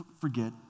forget